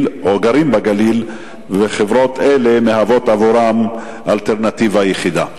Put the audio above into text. או גרים בגליל וחברות אלה הן עבורם האלטרנטיבה היחידה?